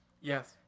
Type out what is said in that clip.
yes